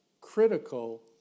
critical